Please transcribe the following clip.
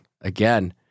again